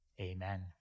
amen